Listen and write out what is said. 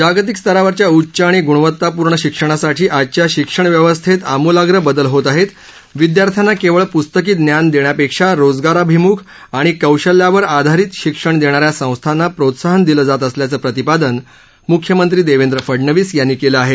जागतिक स्तरावरच्या उच्च आणि गुणवत्तापूर्ण शिक्षणासाठी आजच्या शिक्षण व्यवस्थेत आमूलाप्र बदल होत आहेत विद्यार्थ्यांना केवळ पुस्तकी ज्ञान देण्यापेक्षा रोजगाराभिमुख आणि कोशल्यावर आधारित शिक्षण देणाऱ्या संस्थांना प्रोत्साहन दिलं जात असल्याचं प्रतिपादन मुख्यमंत्री देवेंद्र फडनवीस यांनी केलं आहे